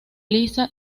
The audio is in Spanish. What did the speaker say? lisa